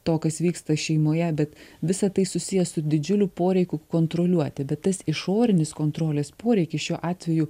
to kas vyksta šeimoje bet visa tai susiję su didžiuliu poreikiu kontroliuoti bet tas išorinis kontrolės poreikis šiuo atveju